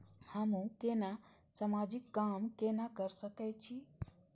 हमू केना समाजिक काम केना कर सके छी?